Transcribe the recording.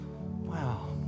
wow